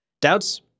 doubts